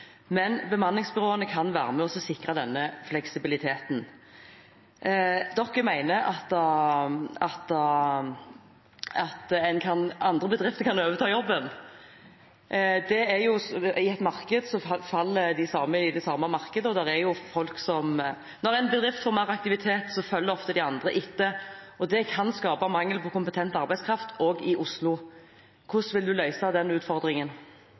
Men bemanningsbyråene kan være med og sikre denne fleksibiliteten. Rødt mener at andre bedrifter kan overta jobben. I et marked faller de samme i det samme markedet. Når en bedrift får mer aktivitet, følger ofte de andre etter, og det kan skape mangel på kompetent arbeidskraft, også i Oslo. Hvordan vil Rødt at bedriftene skal løse den utfordringen?